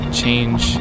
change